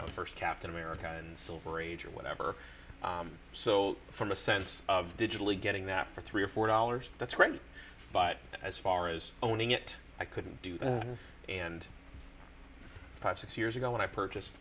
the first captain america and silver age or whatever so from a sense of digitally getting that for three or four dollars that's great but as far as owning it i couldn't do that and perhaps six years ago when i purchased